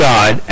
God